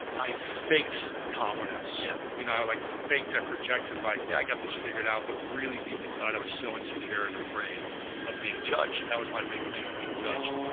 i faked confidence, yeah you know? i like faked the projected, like yeah i got this figured out, but really deep inside i was so insecure and afraid of being judged, that was my big thing of being judged.